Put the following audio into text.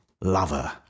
Lover